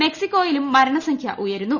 മെക്സിക്കോയിലും മരണസംഖ്യ ഉയരുന്നു